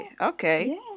Okay